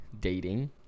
dating